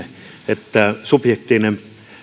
että subjektiivinen